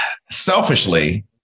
selfishly